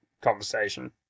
conversation